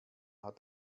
hat